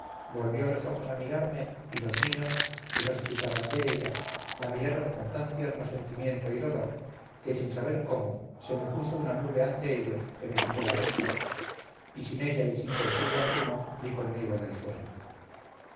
volvió los ojos a mirarme y los míos que no se quitaban della la miraron con tan tierno sentimiento y dolor que sin saber cómo se me puso una nube ante ellos que me quitó la vista y sin ella y sin sentido alguno di conmigo en el suelo